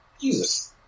Jesus